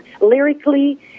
lyrically